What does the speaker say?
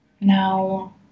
No